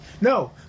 No